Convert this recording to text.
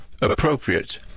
appropriate